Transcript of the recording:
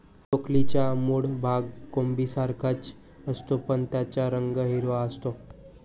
ब्रोकोलीचा मूळ भाग कोबीसारखाच असतो, पण त्याचा रंग हिरवा असतो